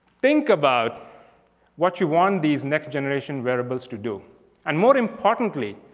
think about what you want these next generation wearables to do and more importantly.